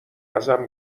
ازم